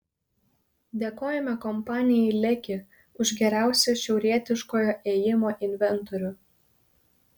dėkojame kompanijai leki už geriausią šiaurietiškojo ėjimo inventorių